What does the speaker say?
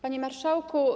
Panie Marszałku!